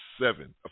seven